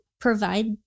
provide